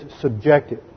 subjective